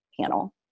panel